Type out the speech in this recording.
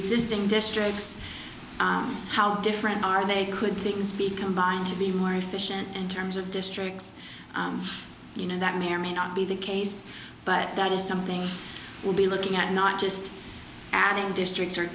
existing districts how different are they could things be combined to be more efficient in terms of districts you know that may or may not be the case but that is something we'll be looking at not just adding districts